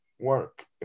work